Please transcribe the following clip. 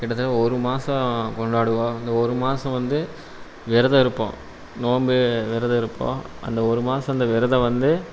கிட்டத்தட்ட ஒரு மாதம் கொண்டாடுவோம் அந்த ஒரு மாதம் வந்து விரதம் இருப்போம் நோம்பு விரதம் இருப்போம் அந்த ஒரு மாதம் அந்த விரதம் வந்து